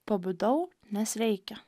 pabudau nes reikia